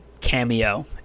cameo